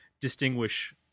distinguish